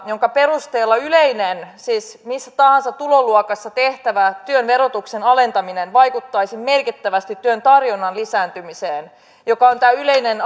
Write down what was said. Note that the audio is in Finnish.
jonka perusteella yleinen siis missä tahansa tuloluokassa tehtävä työn verotuksen alentaminen vaikuttaisi merkittävästi työn tarjonnan lisääntymiseen joka on tämä yleinen